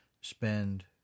spend